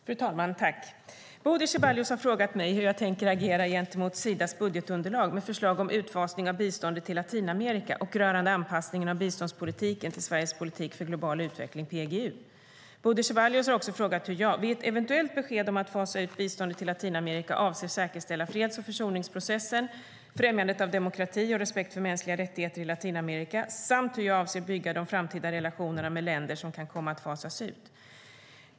Fru talman! Bodil Ceballos har frågat mig hur jag tänker agera gentemot Sidas budgetunderlag med förslag om utfasning av biståndet till Latinamerika och rörande anpassningen av biståndspolitiken till Sveriges politik för global utveckling, PGU. Bodil Ceballos har också frågat hur jag, vid ett eventuellt besked om att fasa ut biståndet till Latinamerika, avser säkerställa freds och försoningsprocessen, främjandet av demokrati och respekt för mänskliga rättigheter i Latinamerika samt hur jag avser att bygga de framtida relationerna med länder som kan komma att fasas ut.